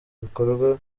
bikorwa